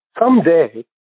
someday